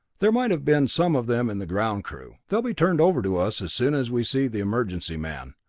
there might have been some of them in the ground crew. they'll be turned over to us as soon as we see the emergency man.